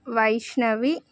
Vaishnavi